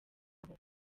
aho